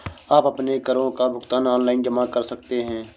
आप अपने करों का भुगतान ऑनलाइन जमा कर सकते हैं